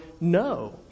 no